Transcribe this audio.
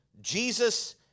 Jesus